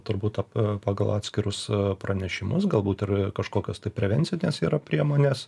turbūt pagal atskirus pranešimus galbūt ir kažkokios prevencines priemonės